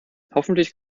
hoffentlich